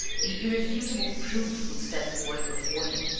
the irrefutable proof would stand forth before him.